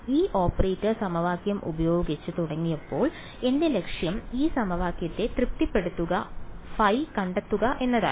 ഈ ഓപ്പറേറ്റർ സമവാക്യം ഉപയോഗിച്ച് തുടങ്ങിയപ്പോൾ എന്റെ ലക്ഷ്യം ഈ സമവാക്യത്തെ തൃപ്തിപ്പെടുത്തുന്ന ϕ കണ്ടെത്തുക എന്നതായിരുന്നു